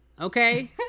okay